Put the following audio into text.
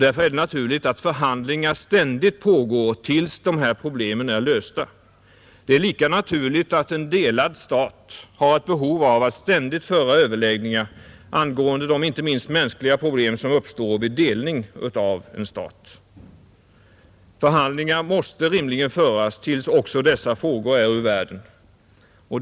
Därför är det naturligt att förhanddiplomatiska lingar ständigt pågår till dess att dessa problem är lösta. Det är lika förbindelser med naturligt att en delad stat har ett behov av att ständigt föra överlägg Tyska demokratiska ningar angående de inte minst mänskliga problem som uppstår vid republiken m.m. delning av en stat. Förhandlingar måste rimligen föras till dess att dessa frågor är ur världen.